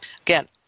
Again